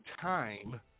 time